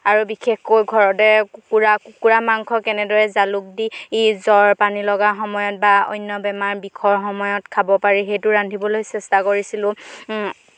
আৰু বিশেষকৈ ঘৰতে কুকুৰা কুকুৰা মাংস কেনেদৰে জালুক দি জ্বৰ পানী লগাৰ সময়ত বা অন্য বেমাৰ বিষৰ সময়ত খাব পাৰি সেইটো ৰান্ধিবলৈ চেষ্টা কৰিছিলোঁ